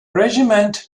regiment